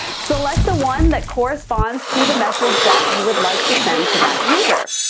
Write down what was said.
select the one that corresponds to the message that you would like to send to that user.